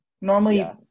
normally